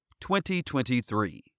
2023